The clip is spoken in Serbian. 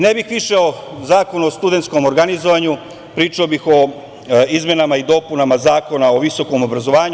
Ne bih više o zakonu o studentskom organizovanju, pričao bih o izmenama i dopunama Zakona o visokom obrazovanju.